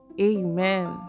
Amen